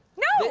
no!